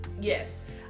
yes